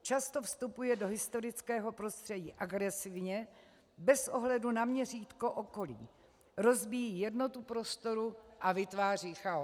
Často vstupuje do historického prostředí agresivně bez ohledu na měřítko okolí, rozbíjí jednotu prostoru a vytváří chaos.